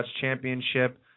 Championship